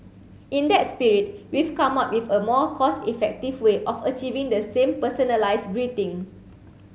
in that spirit we've come up with a more cost effective way of achieving the same personalized greeting